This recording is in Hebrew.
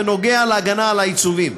ונוגע בהגנה על עיצובים: